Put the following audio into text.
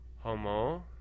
Homo